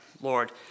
Lord